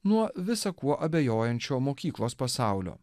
nuo visa kuo abejojančio mokyklos pasaulio